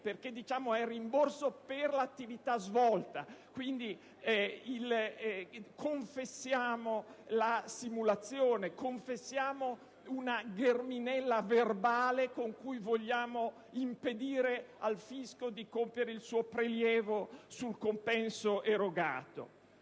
perché è compenso per l'attività svolta. Qui confessiamo la simulazione, confessiamo una gherminella verbale con cui vogliamo impedire al fisco di compiere il suo prelievo sul compenso erogato.